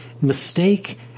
mistake